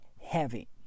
heavy